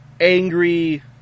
angry